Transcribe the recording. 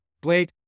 Blake